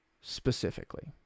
specifically